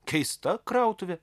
keista krautuvė